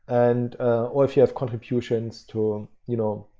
and or if you have contributions to you know,